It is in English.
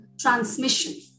transmission